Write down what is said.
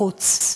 זה נשאר בחוץ,